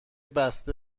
بسته